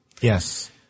Yes